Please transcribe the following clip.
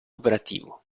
operativo